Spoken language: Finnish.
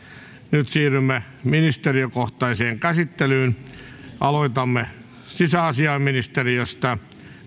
nyt siirrymme ministeriökohtaiseen käsittelyyn aloitamme sisäasiainministeriöstä